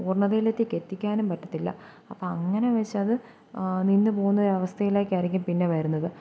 പൂര്ണ്ണതയിലതൊക്കെ എത്തിക്കാനും പറ്റത്തില്ല അപ്പോൾ അങ്ങനെ വെച്ചത് നിന്നു പോകുന്നൊരവസ്ഥയിലേക്കായിരിക്കും പിന്നെ വരുന്നത്